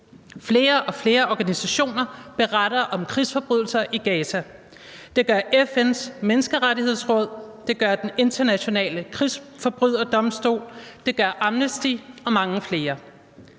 Flere og flere organisationer beretter om krigsforbrydelser i Gaza. Det gør FN's Menneskerettighedsråd, det gør den internationale krigsforbryderdomstol, og det gør Amnesty og mange flere.